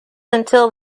until